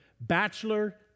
Bachelor